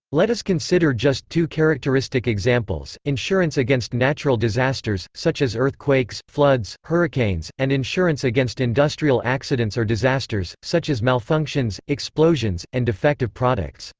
let us consider just two characteristic examples insurance against natural disasters, such as earthquakes, floods, hurricanes, and insurance against industrial accidents or disasters, such as malfunctions, explosions, and defective products.